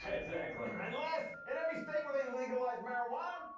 right? and last, in every state where they legalized marijuana,